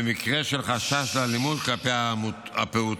במקרה של חשש לאלימות כלפי הפעוטות